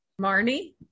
marnie